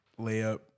layup